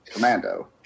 Commando